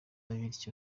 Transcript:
bityo